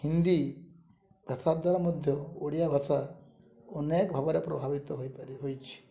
ହିନ୍ଦୀ ଭାଷା ଦ୍ୱାରା ମଧ୍ୟ ଓଡ଼ିଆ ଭାଷା ଅନେକ ଭାବରେ ପ୍ରଭାବିତ ହୋଇପାରି ହୋଇଛି